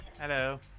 Hello